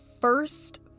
first